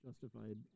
justified